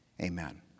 Amen